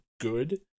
good